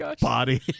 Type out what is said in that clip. body